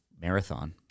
marathon